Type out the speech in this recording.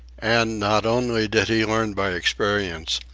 and not only did he learn by experience,